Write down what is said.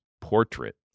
Portrait